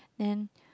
then